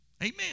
Amen